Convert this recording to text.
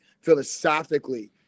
philosophically